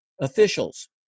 officials